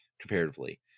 comparatively